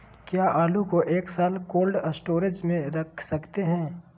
क्या आलू को एक साल कोल्ड स्टोरेज में रख सकते हैं?